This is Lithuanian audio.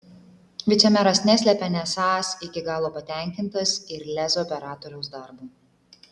vicemeras neslepia nesąs iki galo patenkintas ir lez operatoriaus darbu